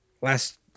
last